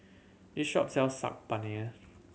this shop sells Saag Paneer